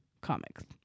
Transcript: comics